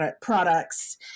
products